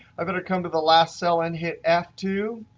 i better come to the last cell and hit f two.